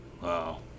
Wow